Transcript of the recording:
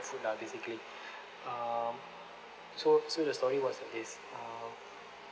food lah basically um so so the story was like this um